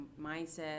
mindset